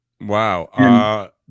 Wow